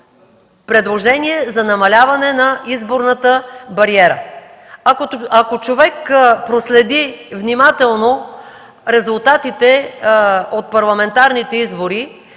предложение за намаляване на изборната бариера. Ако човек проследи внимателно резултатите от парламентарните избори